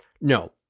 no